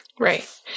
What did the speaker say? Right